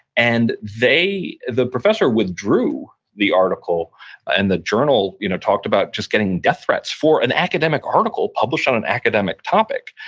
and the professor withdrew the article and the journal you know talked about just getting death threats for an academic article published on an academic topic,